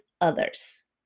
others